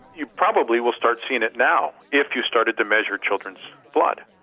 you probably will start seeing it now, if you started to measure children's blood,